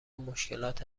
مشکلات